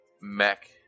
mech